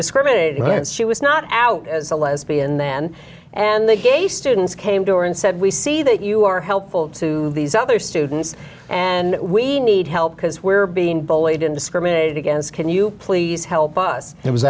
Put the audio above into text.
discriminated against she was not out as a lesbian then and the gay students came to her and said we see that you are helpful to these other students and we need help because we're being bullied and discriminated against can you please help us